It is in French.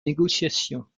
négociations